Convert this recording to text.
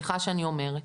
סליחה שאני אומרת.